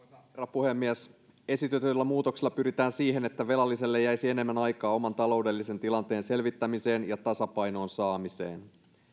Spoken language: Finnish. puhemies esitetyillä muutoksilla pyritään siihen että velalliselle jäisi enemmän aikaa oman taloudellisen tilanteen selvittämiseen ja tasapainoon saamiseen